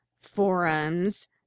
forums